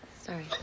Sorry